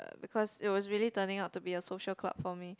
because it was really turning out to be a social club for me